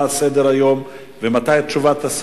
מה סדר-היום ומתי תהיה תשובת השר.